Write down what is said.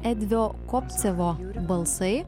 edvio kopcevo balsai